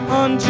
on